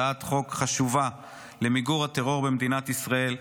זו הצעת חוק חשובה למיגור הטרור במדינת ישראל,